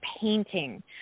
painting